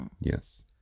Yes